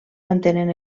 mantenen